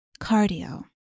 cardio